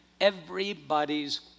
everybody's